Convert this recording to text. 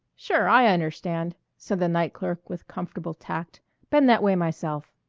sure, i understand, said the night clerk with comfortable tact been that way myself.